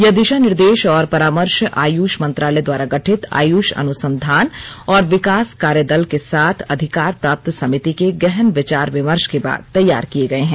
यह दिशा निर्देश और परामर्श आयुष मंत्रालय द्वारा गठित आयुष अनुसंधान और विकास कार्य दल के साथ अधिकार प्राप्त समिति के गहन विचार विमर्श के बाद तैयार किए गए हैं